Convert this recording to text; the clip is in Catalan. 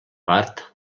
part